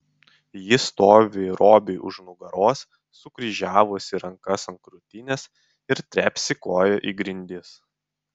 ji stovi robiui už nugaros sukryžiavusi rankas ant krūtinės ir trepsi koja į grindis